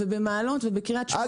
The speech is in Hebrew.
במעלות ובקריית שמונה,